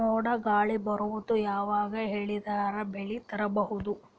ಮೋಡ ಗಾಳಿ ಬರೋದು ಯಾವಾಗ ಹೇಳಿದರ ಬೆಳೆ ತುರಬಹುದು?